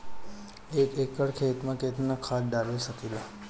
हम एक एकड़ खेत में केतना खाद डाल सकिला?